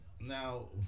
Now